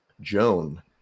Joan